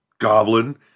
goblin